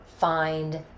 find